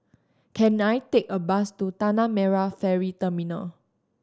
can I take a bus to Tanah Merah Ferry Terminal